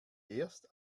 erst